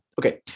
Okay